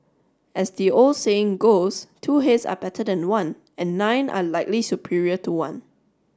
as the old saying goes two heads are better than one and nine are likely superior to one